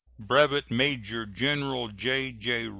brevet major-general j j.